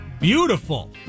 beautiful